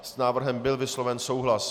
S návrhem byl vysloven souhlas.